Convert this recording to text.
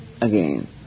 again